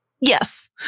Yes